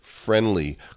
friendly